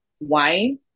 wine